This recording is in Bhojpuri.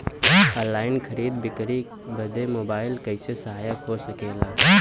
ऑनलाइन खरीद बिक्री बदे मोबाइल कइसे सहायक हो सकेला?